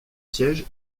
siège